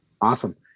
Awesome